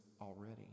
already